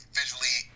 visually